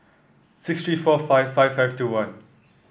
six three four five five five two one